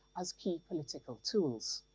as key political tools.